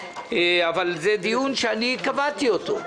אבל זה דיון שאני קבעתי אותו.